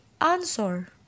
answer